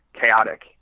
chaotic